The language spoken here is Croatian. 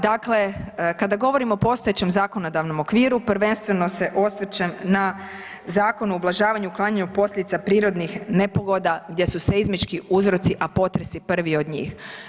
Dakle, kada govorimo o postojećem zakonodavnom okviru prvenstveno se osvrćem na Zakon o ublažavanju i uklanjanju posljedica prirodnih nepogoda gdje su seizmički uzroci, a potres je prvi od njih.